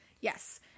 Yes